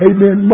Amen